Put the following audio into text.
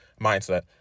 mindset